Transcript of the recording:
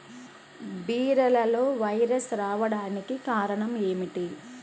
బీరలో వైరస్ రావడానికి కారణం ఏమిటి?